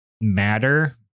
matter